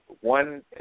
One